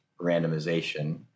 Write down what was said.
randomization